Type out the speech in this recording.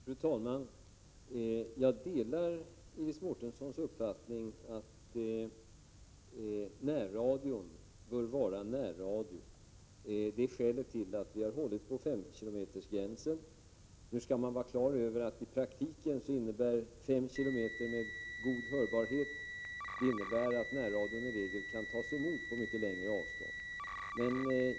Fru talman! Jag delar Iris Mårtenssons uppfattning att närradion bör vara närradio. Det är skälet till att vi har hållit på 5 km-gränsen. Man skall dock vara klar över att 5 km med god hörbarhet i praktiken innebär att närradion i regel kan tas emot på mycket längre avstånd.